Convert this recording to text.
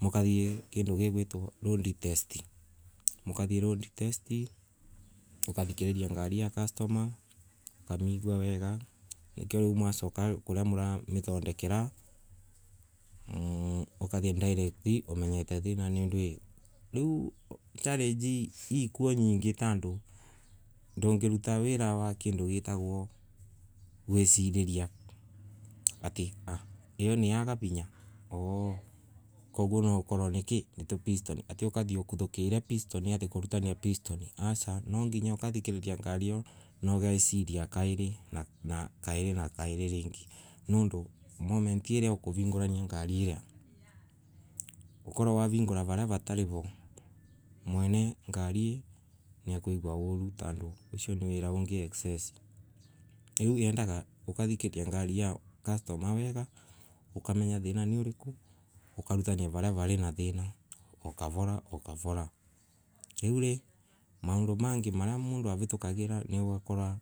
Mokathia kando gigeitwa raandi testi, mukathie roadi testi ukathikararia ngari ya customer ukamiigua wega nikio riu mwasoka koria morami thandekera, mmh ukathie ndirecti omenyete thiina ni ndui riiu challengei iikuo nyingay tandondungiruta wira wa kindu gitagwo gwiciraria, ati aah io niyaa vinya oooh koguo nwa okorwe nikay nitopistoni atay okathie ukutokaire pistoni atay kurutania pitini asa, nwanginya ukathiraria ngari iyo na ugeciria kairi na kairi na kairi riingi nandu the moment iria ngari iria akorwe wavironga varia ratarii mwene ngari niakoiguo uriu tondo ucio ni wiira ungay excess, uri yendaga ukathikararia ngari ya customer wega ukamenya thina niuriku ukarutania varia vari na thana okavora okavora riu ray maondo mangay macia mondo avitukagira na ugakora